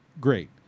great